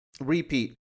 repeat